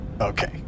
Okay